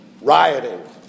rioting